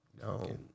no